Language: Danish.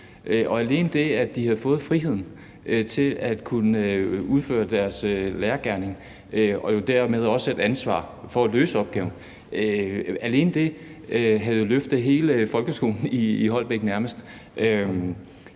alene det, at de dér havde fået friheden til at kunne udføre deres lærergerning og jo dermed også havde fået ansvaret for at løse opgaven, havde jo løftet nærmest hele folkeskolen i Holbæk.